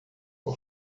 por